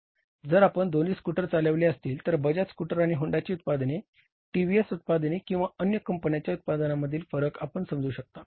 जर आपण दोन्ही स्कूटर चालविले असतील तर बजाज स्कूटर आणि होंडाची उत्पादने टीव्हीएस उत्पादने किंवा अन्य कंपन्यांच्या उत्पादनांमधील फरक आपण समजू शकता